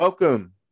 Welcome